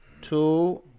Two